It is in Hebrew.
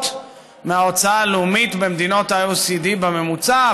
מההוצאה הלאומית במדינות ה-OECD בממוצע,